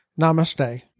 Namaste